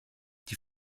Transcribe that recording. die